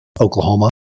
Oklahoma